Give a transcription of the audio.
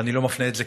ואני לא מפנה את זה,